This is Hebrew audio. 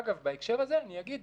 אגב, בהקשר הזה אני אגיד